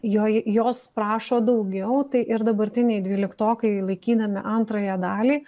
joj jos prašo daugiau tai ir dabartiniai dvyliktokai laikydami antrąją dalį